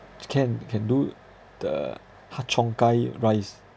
can can do the har cheong gai rice